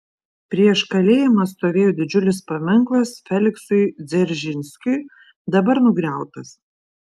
prieš kalėjimą stovėjo didžiulis paminklas feliksui dzeržinskiui dabar nugriautas